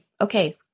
Okay